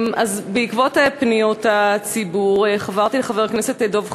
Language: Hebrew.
בעקבות פניות הציבור חברתי לחבר הכנסת דב חנין,